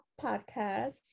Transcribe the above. podcast